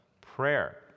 prayer